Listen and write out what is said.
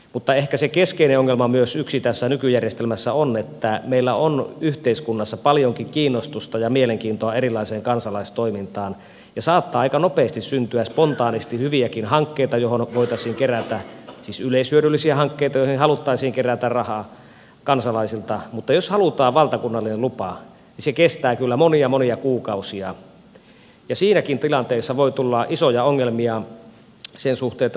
mutta ehkä yksi keskeinen ongelma tässä nykyjärjestelmässä on että meillä on yhteiskunnassa paljonkin kiinnostusta ja mielenkiintoa erilaiseen kansalaistoimintaan ja saattaa aika nopeasti spontaanisti syntyä hyviäkin hankkeita siis yleishyödyllisiä hankkeita joihin haluttaisiin kerätä rahaa kansalaisilta mutta jos halutaan valtakunnallinen lupa niin se kestää kyllä monia monia kuukausia ja siinäkin tilanteessa voi tulla isoja ongelmia sen suhteen saadaanko lupa